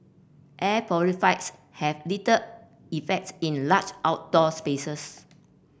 air purifiers have little effects in large outdoor spaces